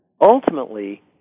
ultimately